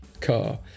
car